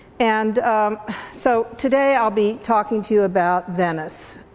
and so today i'll be talking to you about venice.